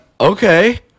Okay